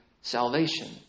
salvation